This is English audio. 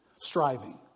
striving